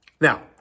Now